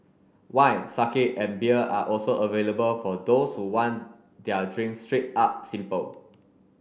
wine sake and beer are also available for those who want their drinks straight up simple